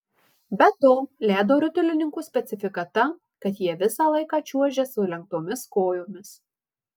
be to ledo ritulininkų specifika ta kad jie visą laiką čiuožia sulenktomis kojomis